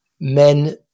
men